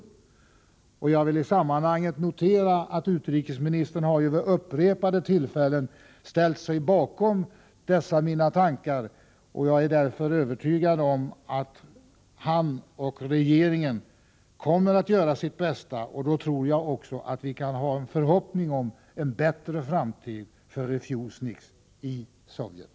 Jag vill i sammanhanget notera att utrikesministern vid upprepade tillfällen har ställt sig bakom dessa mina tankar. Jag är därför övertygad om att han och regeringen i övrigt kommer att göra sitt bästa. Då tror jag också att vi kan ha en förhoppning om en bättre framtid för refusniks i Sovjet.